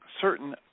certain